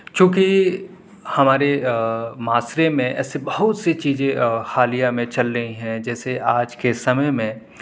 چونکہ ہمارے معاشرے میں ایسی بہت سی چیزیں حالیہ میں چل رہی ہیں جیسے آج کے سمے میں